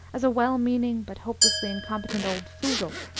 as a well-meaning, but hopelessly incompetent, old foozle.